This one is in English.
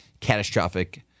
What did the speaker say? catastrophic